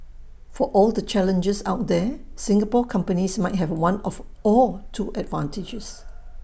for all the challenges out there Singapore companies might have one or two advantages